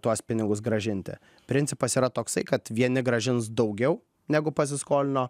tuos pinigus grąžinti principas yra toksai kad vieni grąžins daugiau negu pasiskolino